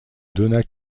donat